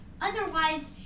Otherwise